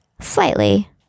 Slightly